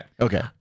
Okay